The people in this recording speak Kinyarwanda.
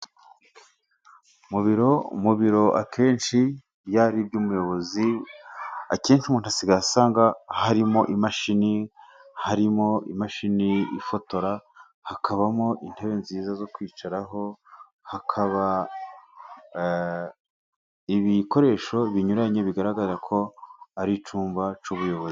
Mu biro, mu biro akenshi bya bindi iby'umuyobozi, akenshi umuntu asigaye asanga harimo imashini, harimo imashini ifotora, hakabamo intebe nziza zo kwicaraho, hakaba ibikoresho binyuranye bigaragara ko ari icyumba cy'ubuyobozi.